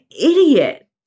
idiot